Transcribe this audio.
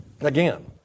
Again